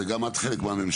וגם את חלק מהממשלה,